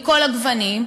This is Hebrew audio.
מכל הגוונים,